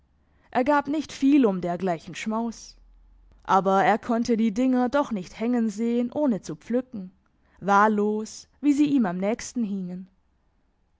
er gab nicht viel um dergleichen schmaus aber er konnte die dinger doch nicht hängen sehen ohne zu pflücken wahllos wie sie ihm am nächsten hingen